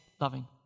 loving